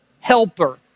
helper